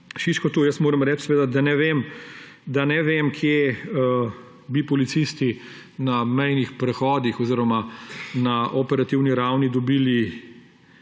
Šišku. Jaz moram reči, da ne vem, kje bi policisti na mejnih prehodih oziroma na operativni ravni dobili